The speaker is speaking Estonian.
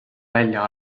välja